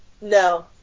No